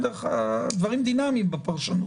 הדברים דינמיים בפרשנות.